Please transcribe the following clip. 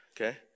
Okay